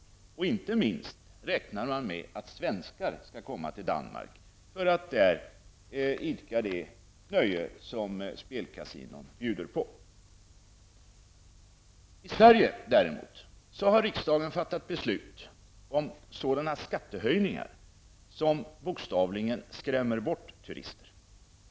Man räknar inte minst med att svenskar skall komma till Danmark för att där idka de nöjen som spelkasinon bjuder på. I Sverige har riksdagen däremot fattat beslut om sådana skattehöjningar som bokstavligen skrämmer bort turisterna.